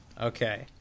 okay